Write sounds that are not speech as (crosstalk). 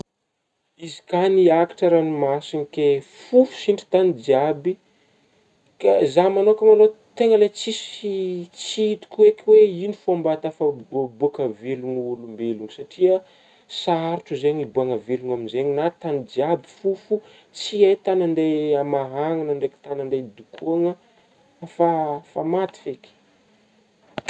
Izy ka niakatra ranomasigna ke fofotry endry tagny jiaby ka zah manôkana lo tegna le tsisy (hesitation) tsy hitako eky hoe ino fômba ahatafa-bô-bôka velogna ôlombelô satria sarotra zegny ibôahagna valogna amin'zegny na tagny jiaby fofo tsy hay tagny ande (hesitation) hamahanagna ndraiky tagny andeha idôkôgna fa-fa maty feky.